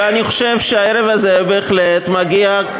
ואני חושב שהערב הזה בהחלט מגיע,